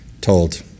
told